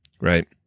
right